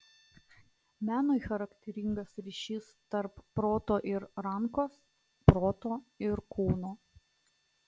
menui charakteringas ryšys tarp proto ir rankos proto ir kūno